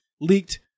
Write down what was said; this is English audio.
leaked